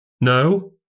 No